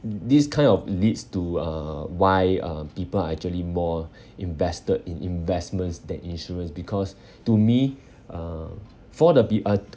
this kind of leads to uh why uh people are actually more invested in investments than insurance because to me uh for the be uh